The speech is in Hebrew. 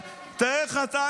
תאר לך שאתה,